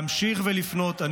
אני קורא לכן להמשיך ולפנות.